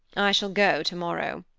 i shall go tomorrow.